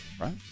right